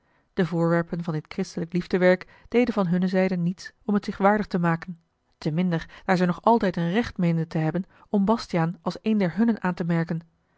de voorwerpen van dit christelijk liefdewerk deden van hunne zijde niets om het zich waardig te maken te minder daar zij nog altijd een recht meenden te hebben om bastiaan als een der hunnen aan te merken